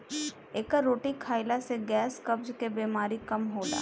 एकर रोटी खाईला से गैस, कब्ज के बेमारी कम होला